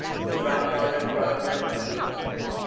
was ronnie eldridge brought over janine.